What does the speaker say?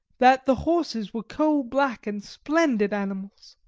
that the horses were coal-black and splendid animals.